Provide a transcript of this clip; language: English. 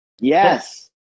Yes